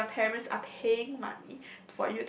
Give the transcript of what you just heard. and your parents are paying money